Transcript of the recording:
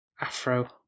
Afro